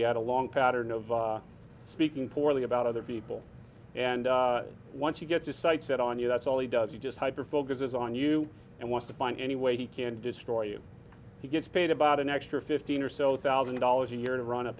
he had a long pattern of speaking poorly about other people and once you get the sights set on you that's all he does he just hyper focuses on you and wants to find any way he can destroy you he gets paid about an extra fifteen or so thousand dollars a year to run a